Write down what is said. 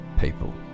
people